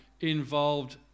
involved